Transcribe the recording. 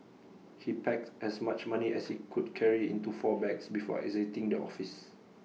he packed as much money as he could carry into four bags before exiting the office